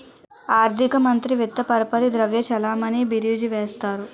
ఆర్థిక మంత్రి విత్త పరపతి ద్రవ్య చలామణి బీరీజు వేస్తారు